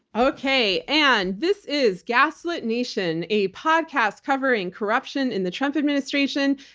okay. and this is gaslit nation, a podcast covering corruption in the trump administration,